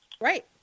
Right